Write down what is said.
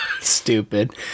Stupid